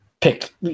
pick